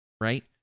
Right